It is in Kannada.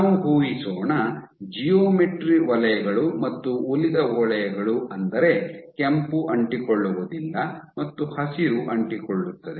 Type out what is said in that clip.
ನಾವು ಊಹಿಸೋಣ ಜಿಯೋಮೆಟ್ರಿ ವಲಯಗಳು ಮತ್ತು ಉಳಿದ ವಲಯಗಳು ಅಂದರೆ ಕೆಂಪು ಅಂಟಿಕೊಳ್ಳುವುದಿಲ್ಲ ಮತ್ತು ಹಸಿರು ಅಂಟಿಕೊಳ್ಳುತ್ತದೆ